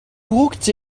walked